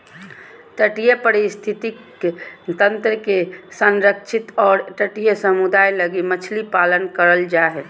तटीय पारिस्थितिक तंत्र के संरक्षित और तटीय समुदाय लगी मछली पालन करल जा हइ